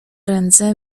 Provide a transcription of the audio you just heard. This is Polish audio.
ręce